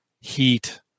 heat